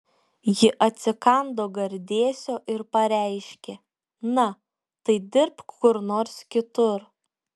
ji atsikando gardėsio ir pareiškė na tai dirbk kur nors kitur